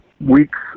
weeks